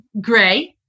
gray